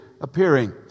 appearing